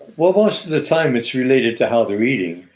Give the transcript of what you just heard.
well most of the time it's related to how they're eating.